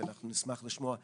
ואנחנו נשמח לשמוע אותך.